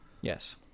Yes